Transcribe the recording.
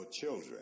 children